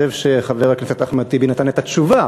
אבל אני חושב שחבר הכנסת אחמד טיבי נתן את התשובה,